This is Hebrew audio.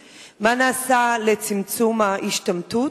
3. מה נעשה לצמצום ההשתמטות?